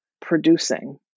producing